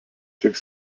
tiek